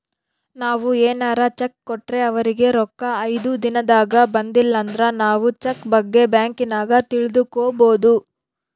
ನಾವು ಏನಾರ ಚೆಕ್ ಕೊಟ್ರೆ ಅವರಿಗೆ ರೊಕ್ಕ ಐದು ದಿನದಾಗ ಬಂದಿಲಂದ್ರ ನಾವು ಚೆಕ್ ಬಗ್ಗೆ ಬ್ಯಾಂಕಿನಾಗ ತಿಳಿದುಕೊಬೊದು